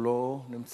הוא לא נמצא,